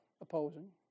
Opposing